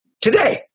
today